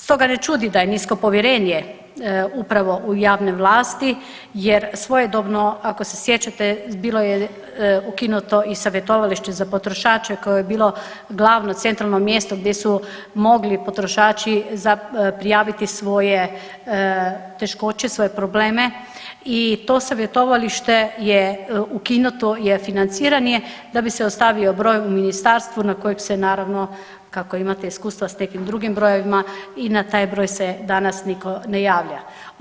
Stoga ne čudi da je nisko povjerenje upravo u javne vlasti jer svojedobno ako se sjećate, bilo je ukinuto i savjetovalište za potrošače koje je bilo glavno centralno mjesto gdje su mogli potrošači prijaviti svoje teškoće, svoje probleme i to savjetovalište je ukinuto jer financiranje da bi se ostavio broj u ministarstvu, na kojeg se naravno, kako imate iskustva s nekim drugim brojevima, i na taj broj se danas nitko ne javlja.